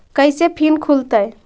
कैसे फिन खुल तय?